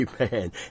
Amen